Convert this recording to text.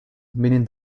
meaning